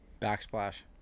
backsplash